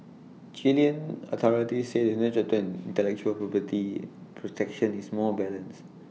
Chilean authorities say the new chapter on intellectual property protection is more balanced